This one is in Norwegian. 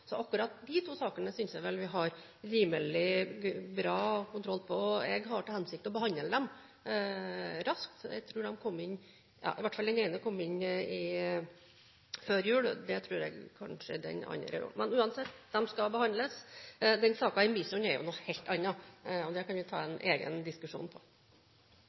så akkurat de to sakene synes jeg vel vi har rimelig bra kontroll på. Jeg har til hensikt å behandle dem raskt. Jeg tror i hvert fall den ene kom inn før jul, jeg tror kanskje den andre også gjorde det. Men uansett, de skal behandles. Den saken i Midsund er noe helt annet. Det kan vi ta en egen diskusjon